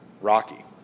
Rocky